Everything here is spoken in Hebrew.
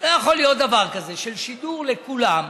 לא יכול להיות דבר כזה של שידור לכולם,